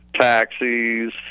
taxis